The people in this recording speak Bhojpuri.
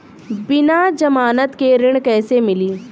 बिना जमानत के ऋण कैसे मिली?